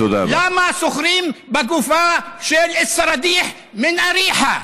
למה סוחרים בגופה של אסראדיח (אומר בערבית: מיריחו?)